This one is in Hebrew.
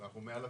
כמובן שחלק